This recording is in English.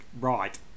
Right